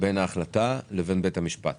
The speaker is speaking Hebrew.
בין ההחלטה לבין בית המשפט.